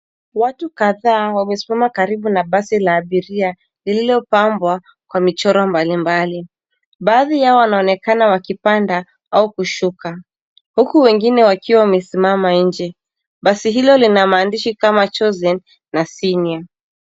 Watu kadhaa wamesimama karibu na basi la abiria lililopambwa kwa michoro mbali mbali. Baadhi yao wanaonekana wakipanda au kushuka huko wengine wakiwa wamesimama nje. Basi hilo lina maandishi kama chosen na senior .